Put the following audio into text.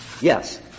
Yes